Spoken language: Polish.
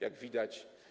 Jak widać.